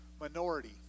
Minority